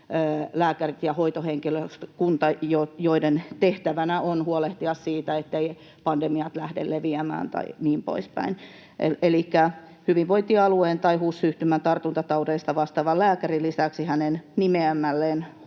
ja hoitohenkilökunta, joiden tehtävänä on huolehtia siitä, etteivät pandemiat lähde leviämään tai niin poispäin. Elikkä hyvinvointialueen tai HUS-yhtymän tartuntataudeista vastaavan lääkärin lisäksi hänen nimeämälleen